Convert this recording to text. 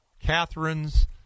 Catherine's